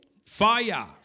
Fire